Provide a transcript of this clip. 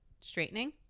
straightening